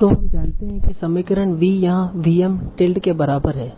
तो हम जानते हैं कि समीकरण v यहाँ v M टिल्ड के बराबर है